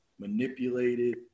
manipulated